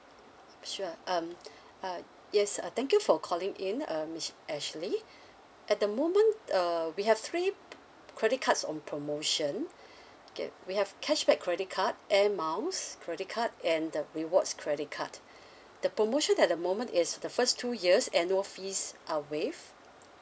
sure um uh yes uh thank you for calling in um miss ashley at the moment uh we have three credit cards on promotion okay we have cashback credit card air miles credit card and the rewards credit card the promotion at the moment is the first two years annual fees are waived